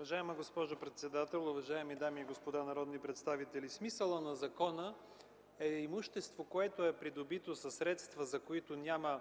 Уважаема госпожо председател, уважаеми дами и господа народни представители! Смисълът на закона е имущество, което е придобито със средства, за които няма